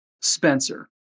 Spencer